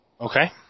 Okay